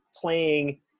playing